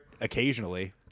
occasionally